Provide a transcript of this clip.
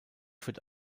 führt